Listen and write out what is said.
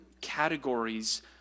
categories